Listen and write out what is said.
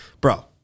bro